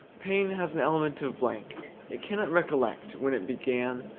pain has an element of blank it cannot recollect when it began,